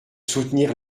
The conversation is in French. soutenir